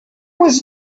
was